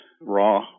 raw